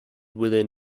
within